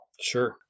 Sure